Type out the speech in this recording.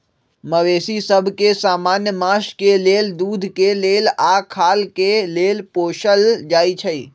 मवेशि सभ के समान्य मास के लेल, दूध के लेल आऽ खाल के लेल पोसल जाइ छइ